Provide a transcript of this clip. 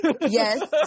Yes